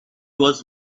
was